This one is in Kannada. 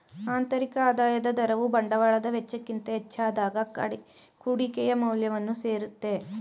ಆಂತರಿಕ ಆದಾಯದ ದರವು ಬಂಡವಾಳದ ವೆಚ್ಚಕ್ಕಿಂತ ಹೆಚ್ಚಾದಾಗ ಕುಡಿಕೆಯ ಮೌಲ್ಯವನ್ನು ಸೇರುತ್ತೆ